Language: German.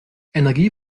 energie